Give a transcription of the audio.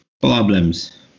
Problems